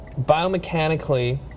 biomechanically